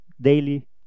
daily